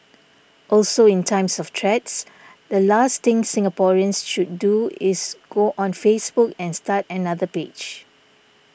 also in times of threats the last thing Singaporeans should do is go on Facebook and start another page